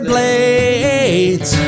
Blades